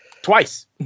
Twice